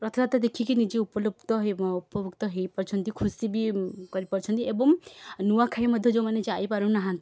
ରଥଯାତ୍ରା ଦେଖିକି ନିଜେ ଉପଲୁପ୍ତ ହେଇ ଉପଭୋକ୍ତ ହେଇପାରୁଛନ୍ତି ଖୁସି ବି କରିପାରୁଛନ୍ତି ଏବଂ ନୂଆଖାଇ ମଧ୍ୟ ଯେଉଁମାନେ ଯାଇପାରୁନାହାନ୍ତି